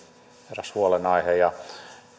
eräs huolenaihe ja